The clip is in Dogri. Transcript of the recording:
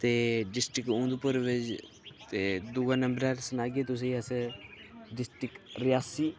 ते डिस्टिक उधमपुर बिच्च ते दु'ए नम्बरै'र सनाह्गे तुसेंगी अस डिस्टिक रियासी